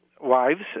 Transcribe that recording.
wives